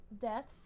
deaths